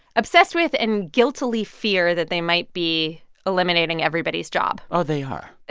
obsessed with and guiltily fear that they might be eliminating everybody's job oh, they are